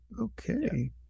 Okay